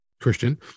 christian